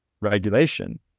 regulation